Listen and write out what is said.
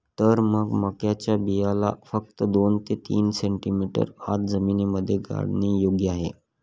तर मग मक्याच्या बियाण्याला फक्त दोन ते तीन सेंटीमीटर आत जमिनीमध्ये गाडने योग्य आहे